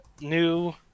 new